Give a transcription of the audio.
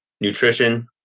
nutrition